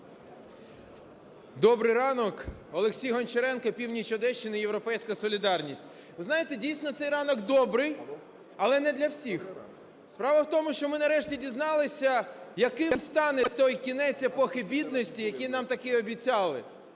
Добрий ранок, Олексій Гончаренко, північ Одещини, "Європейська солідарність". Ви знаєте, дійсно, цей ранок добрий, але не для всіх. Справа в тому, що ми, нарешті, дізналися, яким стане той кінець епохи бідності, який нам таки обіцяли.